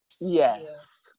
Yes